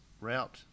route